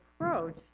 approach